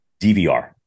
DVR